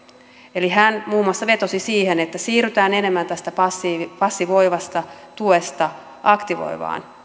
eli hän muun muassa vetosi siihen että siirrytään enemmän tästä passivoivasta tuesta aktivoivaan